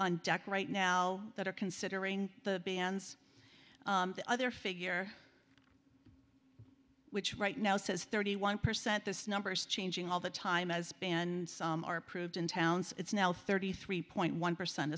on deck right now that are considering the bans the other figure which right now says thirty one percent this number is changing all the time has been approved in towns it's now thirty three point one percent